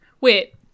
wait